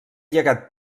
llegat